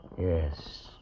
Yes